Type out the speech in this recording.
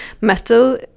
Metal